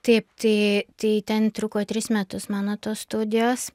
taip tai tai ten truko tris metus mano tos studijos